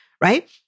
right